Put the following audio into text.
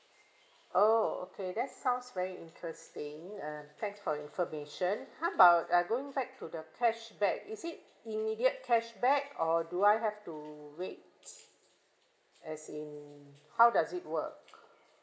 oh okay that's sounds very interesting uh thanks for information how about uh going back to the cashback is it immediate cashback or do I have to wait as in how does it work